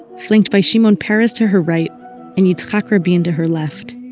flanked by shimon peres to her right and yitzhak rabin to her left,